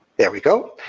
there we go.